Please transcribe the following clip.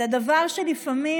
את הדבר שלפעמים,